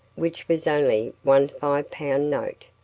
which was only one five-pound note,